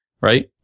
right